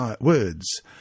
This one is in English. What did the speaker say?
words